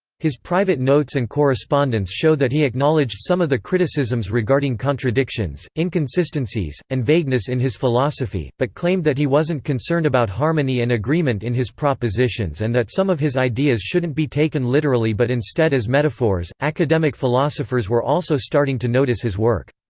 his private notes notes and correspondence show that he acknowledged some of the criticisms regarding contradictions, inconsistencies, and vagueness in his philosophy, but claimed that he wasn't concerned about harmony and agreement in his propositions and that some of his ideas shouldn't be taken literally but instead as metaphors academic philosophers were also starting to notice his work.